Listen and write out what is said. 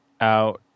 out